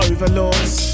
Overlords